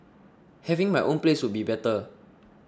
having my own place would be better